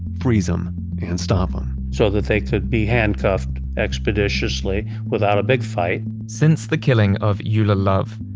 freeze them, and stop them. so that they could be handcuffed expeditiously without a big fight since the killing of eulia love,